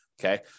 Okay